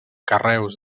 carreus